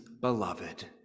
beloved